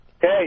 Hey